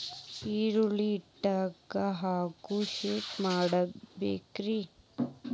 ಈರುಳ್ಳಿ ಇಡಾಕ ಹ್ಯಾಂಗ ಶೆಡ್ ಮಾಡಬೇಕ್ರೇ?